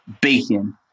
Bacon